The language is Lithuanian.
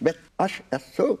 bet aš esu